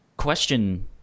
Question